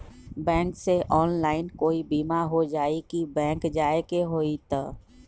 Bank से online कोई बिमा हो जाई कि बैंक जाए के होई त?